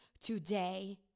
today